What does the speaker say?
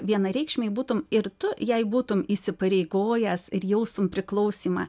vienareikšmiai būtum ir tu jei būtum įsipareigojęs ir jaustum priklausymą